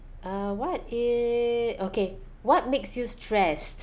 uh what i~ okay what makes you stressed